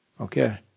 Okay